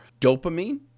dopamine